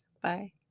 Bye